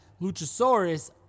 Luchasaurus